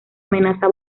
amenaza